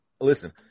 Listen